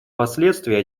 последствия